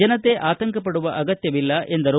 ಜನತೆ ಆತಂಕ ಪಡುವ ಆಗತ್ತವಿಲ್ಲ ಎಂದರು